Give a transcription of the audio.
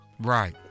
Right